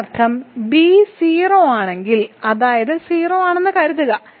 അതിനർത്ഥം ബി 0 ആണെങ്കിൽ അതായത് 0 ആണെന്നാണ് കരുതുക